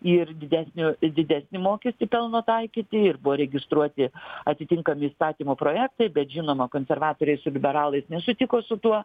ir didesnių didesnį mokestį pelno taikyti ir buvo registruoti atitinkami įstatymo projektai bet žinoma konservatoriai su liberalais nesutiko su tuo